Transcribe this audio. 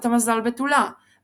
אתה מזל בתולה!,